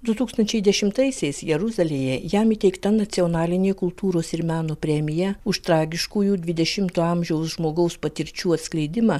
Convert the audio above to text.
du tūkstančiai dešimaisiais jeruzalėje jam įteikta nacionalinė kultūros ir meno premija už tragiškųjų dvidešimo amžiaus žmogaus patirčių atskleidimą